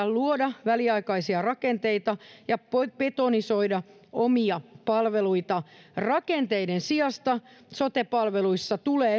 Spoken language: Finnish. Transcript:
luoda väliaikaisia rakenteita ja betonisoida omia palveluita rakenteiden sijasta sote palveluissa tulee